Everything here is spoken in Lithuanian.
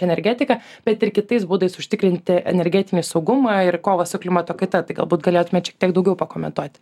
energetiką bet ir kitais būdais užtikrinti energetinį saugumą ir kovą su klimato kaita tai galbūt galėtumėt šiek tiek daugiau pakomentuoti